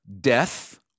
death